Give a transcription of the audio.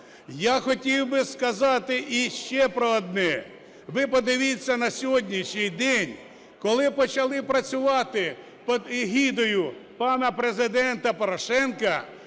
Я хотів би сказати іще про одне. Ви подивіться на сьогоднішній день, коли почали працювати під егідою пана Президента Порошенка,